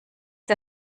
der